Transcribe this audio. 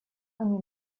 они